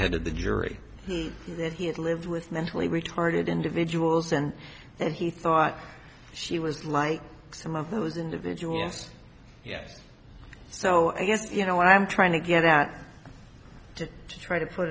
ahead of the jury that he had lived with mentally retarded individuals and that he thought she was like some of those individuals yes so you know what i'm trying to get at to try to put